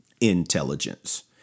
intelligence